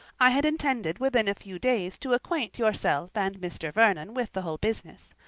i had intended within a few days to acquaint yourself and mr. vernon with the whole business.